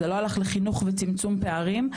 זה לא הלך לחינוך וצמצום פערים,